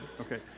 okay